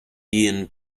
ian